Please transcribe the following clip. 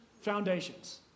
foundations